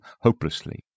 hopelessly